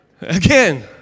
Again